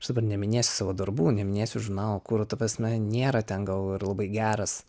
aš dabar neminėsiu savo darbų neminėsiu žurnalų kur ta prasme nėra ten gal ir labai geras